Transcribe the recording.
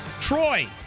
Troy